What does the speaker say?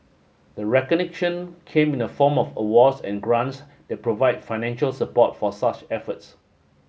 the recognition came in the form of awards and grants that provide financial support for such efforts